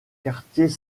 quartier